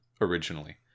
originally